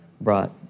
brought